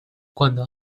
cuando